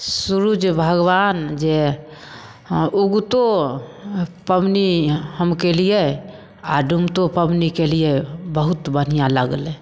सुरुज भगवान जे ऊगतो पाबनि हम केलियै आ डुमतो पाबनि केलियै बहुत बढ़िऑं लगलै